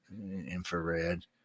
Infrared